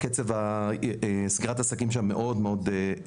קצב סגירת העסקים שם מאוד גבוה.